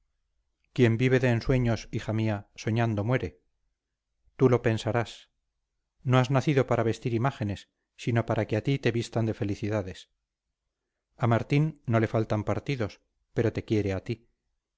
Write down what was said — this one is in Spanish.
quien vive de ensueños hija mía soñando muere tú lo pensarás no has nacido para vestir imágenes sino para que a ti te vistan de felicidades a martín no le faltan partidos pero te quiere a ti